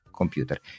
computer